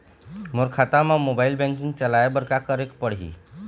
मोर खाता मा mobile banking चलाए बर का करेक पड़ही?